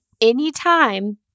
anytime